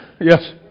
Yes